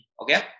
Okay